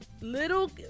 little